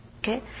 Okay